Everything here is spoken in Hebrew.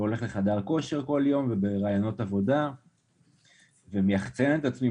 והולך לחדר כושר כל יום ובראיונות עבודה ומיחצ"ן את עצמי,